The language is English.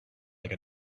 like